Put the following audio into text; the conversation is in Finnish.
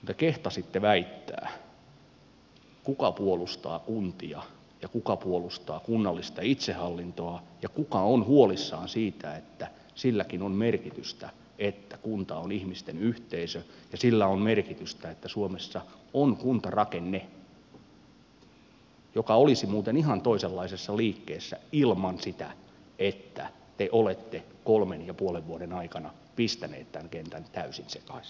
te kehtasitte väittää kuka puolustaa kuntia ja kuka puolustaa kunnallista itsehallintoa ja kuka on huolissaan siitä että silläkin on merkitystä että kunta on ihmisten yhteisö ja sillä on merkitystä että suomessa on kuntarakenne joka olisi muuten ihan toisenlaisessa liikkeessä ilman sitä että te olette kolmen ja puolen vuoden aikana pistäneet tämän kentän täysin sekaisin